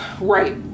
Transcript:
Right